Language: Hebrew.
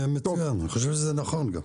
אוקיי, אני גם חושב שזה נכון.